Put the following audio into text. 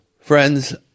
Friends